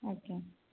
ଆଜ୍ଞା